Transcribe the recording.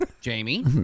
Jamie